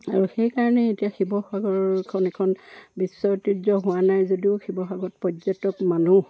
আৰু সেইকাৰণে এতিয়া শিৱসাগৰখন এখন বিশ্ব ঐতিহ্য হোৱা নাই যদিও শিৱসাগৰত পৰ্যটক মানুহ